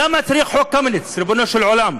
למה צריך את חוק קמיניץ, ריבונו של עולם?